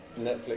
Netflix